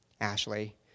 Ashley